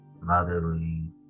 motherly